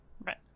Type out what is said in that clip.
Right